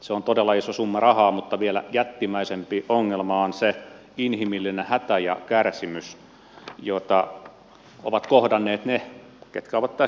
se on todella iso summa rahaa mutta vielä jättimäisempi ongelma on se inhimillinen hätä ja kärsimys jota ovat kohdanneet ne ketkä ovat tästä sairastuneet